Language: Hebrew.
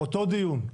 אותו דיון,